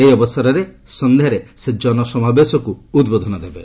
ଏହି ଅବସରରେ ସନ୍ଧ୍ୟାରେ ସେ ଜନସମାବେଶକୁ ଉଦ୍ବୋଧନ ଦେବେ